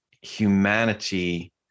humanity